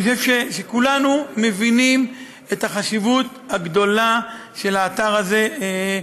אני חושב שכולנו מבינים את החשיבות הגדולה של האתר הזה.